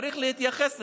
צריך להתייחס לזה.